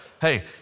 Hey